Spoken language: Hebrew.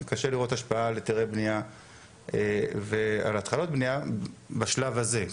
קשה לראות השפעה על היתרי הבנייה ועל התחלות בנייה בשלב הזה,